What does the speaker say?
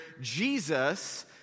Jesus